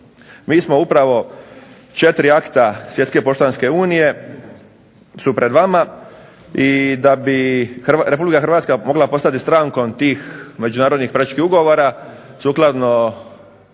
Mi smo upravo 4 akta Svjetske poštanske unije su pred vama i da bi RH mogla postati strankom tih međunarodnih političkih ugovora sukladno